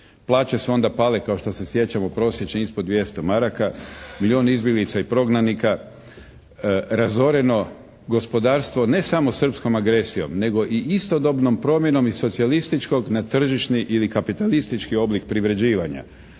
Plaće su onda pale kao što se sjećamo prosječne ispod 200 maraka. Milijun izbjeglica i prognanika. Razoreno gospodarstvo ne samo srpskom agresijom nego i istodobnom promjenom iz socijalističkog na tržišni ili kapitalistički oblik privređivanja.